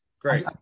great